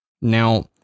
Now